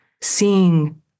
seeing